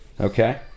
Okay